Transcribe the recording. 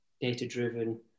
data-driven